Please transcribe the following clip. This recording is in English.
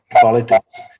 politics